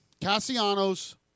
Cassiano's